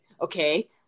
okay